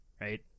right